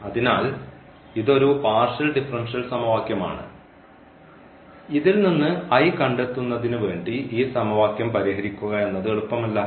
അതിനാൽ ഇത് ഒരു പാർഷ്യൽ ഡിഫറൻഷ്യൽ സമവാക്യമാണ് ഇതിൽനിന്ന് കണ്ടെത്തുന്നതിന് വേണ്ടി ഈ സമവാക്യം പരിഹരിക്കുക എന്നത് എളുപ്പമല്ല